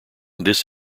this